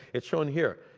it's shown here.